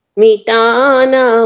mitana